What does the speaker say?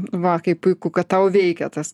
va kaip puiku kad tau veikė tas